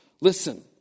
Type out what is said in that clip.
Listen